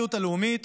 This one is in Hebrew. מהסולידריות הלאומית